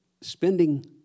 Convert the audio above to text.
spending